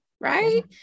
Right